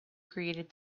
created